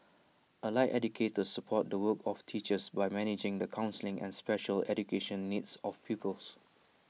allied educators support the work of teachers by managing the counselling and special education needs of pupils